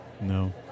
No